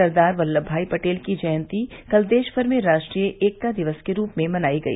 सरदार वल्लम भाई पटेल की जयंती कल देशभर में राष्ट्रीय एकता दिवस के रूप में मनाई गई